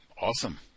Awesome